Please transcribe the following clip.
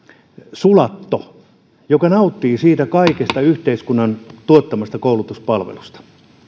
sulatto joka nauttii kaikesta yhteiskunnan tuottamasta koulutuspalvelusta